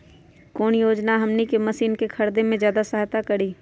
कौन योजना हमनी के मशीन के खरीद में ज्यादा सहायता करी?